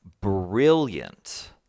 brilliant